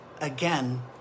Again